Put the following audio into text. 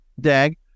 DAG